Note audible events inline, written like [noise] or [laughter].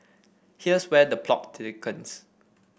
here's where the plot [unintelligible]